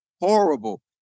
Horrible